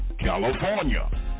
California